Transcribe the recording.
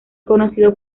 conocido